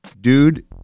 Dude